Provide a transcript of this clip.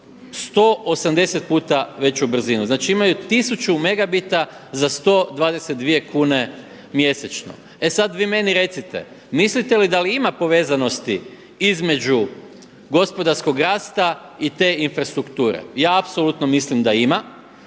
180 puta veću brzinu. Znači imaju tisuću megabita za 122 kuna mjesečno. E sada vi meni recite mislite li da ima povezanosti između gospodarskog rasta i te infrastrukture. Ja apsolutno mislim da ima,